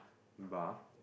bar